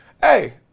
hey